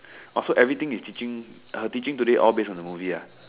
oh so everything he teaching her teaching all today based on the movie ah